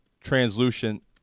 translucent